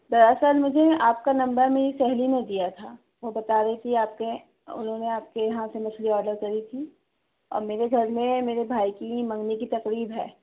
دراصل مجھے آپ کا نمبر میری سہیلی نے دیا تھا وہ بتا رہی تھی آپ کے انہوں نے آپ کے یہاں سے مچھلی آڈر کری تھی اور میرے گھر میں میرے بھائی کی منگنی کی تقریب ہے